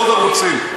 עוד ערוצים,